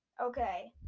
okay